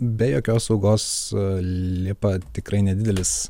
be jokios saugos lipa tikrai nedidelis